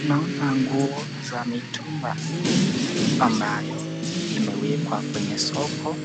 Naona nguo za mitumba ambayo zimewekwa kwenye soko